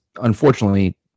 unfortunately